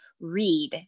read